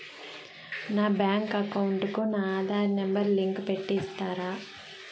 నా bank account కు నా ఆధార్ నెంబర్ లింకు పెట్టి ఇస్తారా?